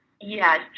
Yes